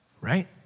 right